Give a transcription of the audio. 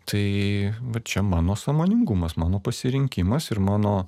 tai va čia mano sąmoningumas mano pasirinkimas ir mano